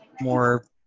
more